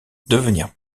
devenir